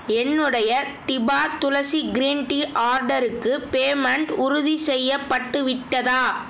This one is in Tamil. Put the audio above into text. என்னுடைய டிபா துளசி கிரீன் டீ ஆர்டருக்கு பேமெண்ட் உறுதிசெய்யப்பட்டு விட்டதா